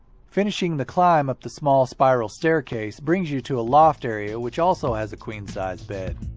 finishing the climb up the small, spiral staircase brings you to a loft area which also has a queen-size bed.